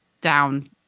down